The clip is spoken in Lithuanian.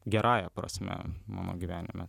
gerąja prasme mano gyvenime